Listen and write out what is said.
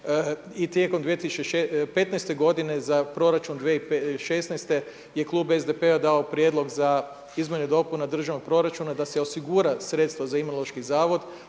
i tijekom 2015. godine, za proračun 2016. je klub SDP-a dao prijedlog za Izmjene i dopune državnog proračuna da se osiguraju sredstva za Imunološki zavod,